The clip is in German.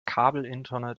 kabelinternet